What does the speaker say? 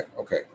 okay